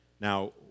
Now